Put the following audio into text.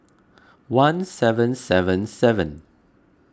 one seven seven seven